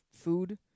food